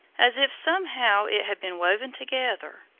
as if somehow it had been woven together.